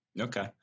okay